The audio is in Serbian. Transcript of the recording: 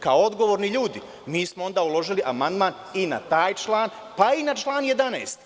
Kao odgovorni ljudi mi smo onda uložili amandman i na taj član, pa i na član 11.